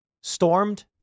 stormed